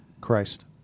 Christ